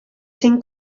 cinc